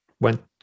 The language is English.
went